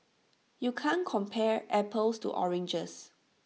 you can't compare apples to oranges